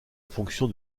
fonction